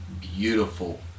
Beautiful